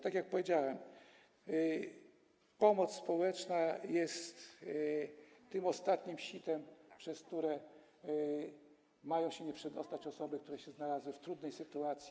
Tak jak powiedziałem, pomoc społeczna jest tym ostatnim sitem, przez które mają się nie przedostać osoby, które się znalazły w trudnej sytuacji.